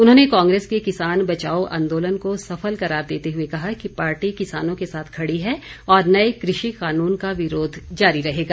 उन्होंने कांग्रेस के किसान बचाओ आंदोलन को सफल करार देते हुए कहा कि पार्टी किसानों के साथ खड़ी है और नए कृषि कानून का विरोध जारी रहेगा